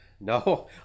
No